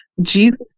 Jesus